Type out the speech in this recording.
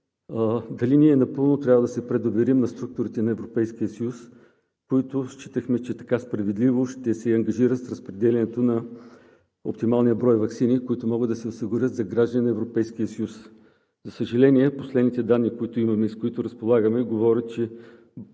дали ние напълно трябва да се предоверим на структурите на Европейския съюз, които считахме, че справедливо ще се ангажират с разпределянето на оптималния брой ваксини, които могат да се осигурят за граждани на Европейския съюз. За съжаление, последните данни, с които разполагаме, говорят, че